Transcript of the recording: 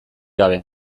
gabe